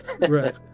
Right